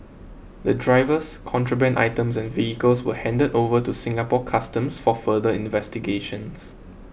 the drivers contraband items and vehicles were handed over to Singapore Customs for further investigations